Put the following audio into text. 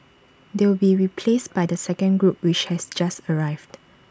they will be replaced by the second group which has just arrived